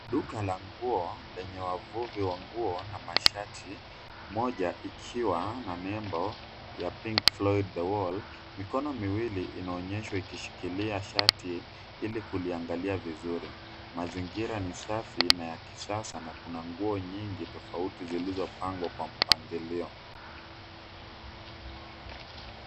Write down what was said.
Duka la nguo lenye wavuvi wa nguo wana mashati, moja ikiwa na nembo ya pink floyd the wall . Mikono miwili inaoneshwa ikishikilia shati ili kuliangalia vizuri. Mazingira ni safi na ya kisasa na kuna nguo nyingi tofauti zilizopangwa kwa mpangilio.